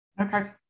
Okay